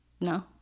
No